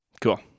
Cool